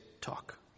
talk